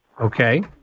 Okay